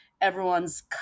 Everyone's